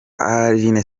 alyn